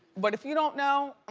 but if you don't know.